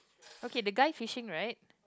okay the guy fishing right